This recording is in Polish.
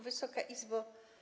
Wysoka Izbo!